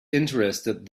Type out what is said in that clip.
interested